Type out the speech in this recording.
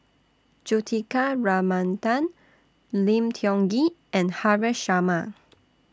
Juthika Ramanathan Lim Tiong Ghee and Haresh Sharma